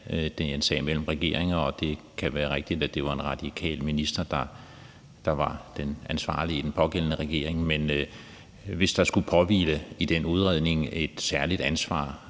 det er en sag mellem regeringer. Det kan være rigtigt, at det var en radikal minister, der var den ansvarlige i den pågældende regering, men hvis der skulle påhvile i den udredning et særligt ansvar